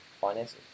finances